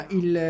il